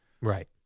Right